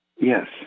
Yes